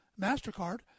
MasterCard